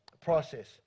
process